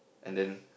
and then